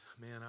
man